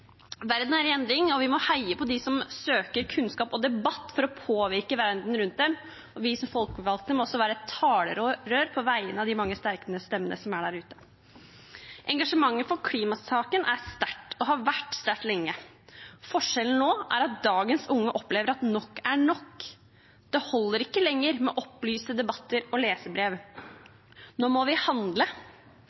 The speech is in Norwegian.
Verden er i endring, og vi må heie på dem som søker kunnskap og debatt for å påvirke verden rundt dem. Vi som folkevalgte må også være et talerør på vegne av de mange sterke stemmene som er der ute. Engasjementet for klimasaken er sterkt og har vært sterkt lenge. Forskjellen nå er at dagens unge opplever at nok er nok. Det holder ikke lenger med opplyste debatter og leserbrev – nå må vi handle.